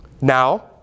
now